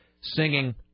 singing